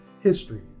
history